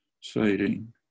citing